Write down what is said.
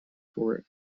for